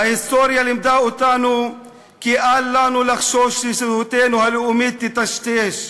ההיסטוריה לימדה אותנו כי אל לנו לחשוש שזהותנו הלאומית תיטשטש.